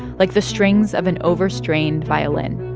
like the strings of an overstrained violin.